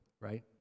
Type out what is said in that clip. right